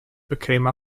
became